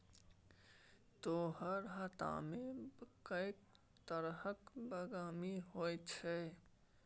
तोहर हातामे कैक तरहक बागवानी होए छौ